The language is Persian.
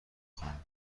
خواهم